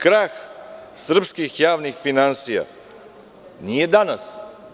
Krah srpskih javnih finansija nije danas.